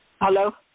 Hello